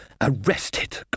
arrested